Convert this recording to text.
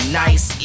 nice